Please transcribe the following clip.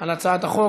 על הצעת החוק.